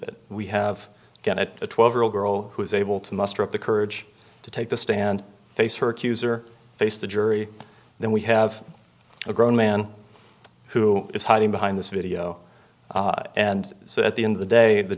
that we have got it a twelve year old girl who is able to muster up the courage to take the stand face her accuser face the jury then we have a grown man who is hiding behind this video and so at the end of the day the